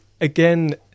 again